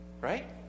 Right